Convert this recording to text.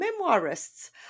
memoirists